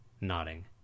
nodding